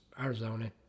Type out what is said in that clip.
Arizona